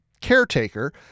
caretaker